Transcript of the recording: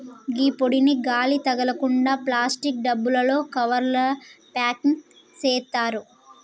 గీ పొడిని గాలి తగలకుండ ప్లాస్టిక్ డబ్బాలలో, కవర్లల ప్యాకింగ్ సేత్తారు